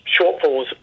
shortfalls